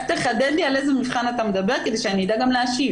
רק תחדד לי על איזה מבחן אתה מדבר כדי שאני אדע גם להשיב,